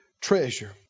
treasure